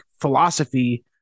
philosophy –